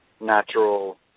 natural